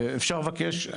אפשר לבקש,